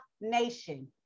nation